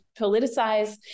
politicize